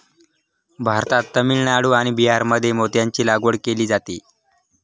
भारतात तामिळनाडू आणि बिहारमध्ये मोत्यांची लागवड केली जाते